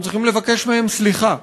אנחנו צריכים לבקש מהם סליחה,